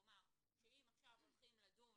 כלומר, אם עכשיו הולכים לדון